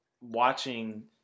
watching